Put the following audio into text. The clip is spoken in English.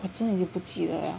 我真的不记得 liao